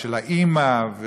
ושל האימא,